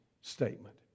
statement